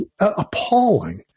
appalling